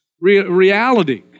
reality